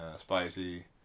spicy